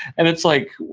and it's like,